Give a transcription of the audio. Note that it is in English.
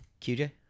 QJ